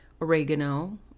oregano